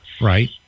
Right